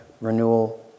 renewal